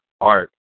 art